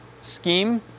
scheme